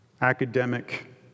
academic